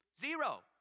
Zero